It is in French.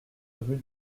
rue